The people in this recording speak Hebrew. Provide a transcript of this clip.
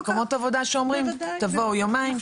מקומות עבודה שאומרים תבואו יומיים,